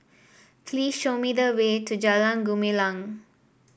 please show me the way to Jalan Gumilang